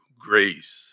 grace